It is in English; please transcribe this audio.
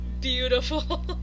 beautiful